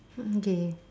okay